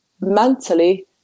mentally